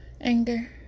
Anger